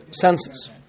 senses